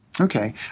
Okay